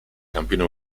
campione